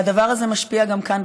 והדבר הזה משפיע גם כאן,